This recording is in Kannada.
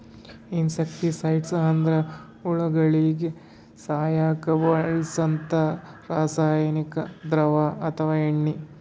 ಇನ್ಸೆಕ್ಟಿಸೈಡ್ಸ್ ಅಂದ್ರ ಹುಳಗೋಳಿಗ ಸಾಯಸಕ್ಕ್ ಬಳ್ಸಂಥಾ ರಾಸಾನಿಕ್ ದ್ರವ ಅಥವಾ ಎಣ್ಣಿ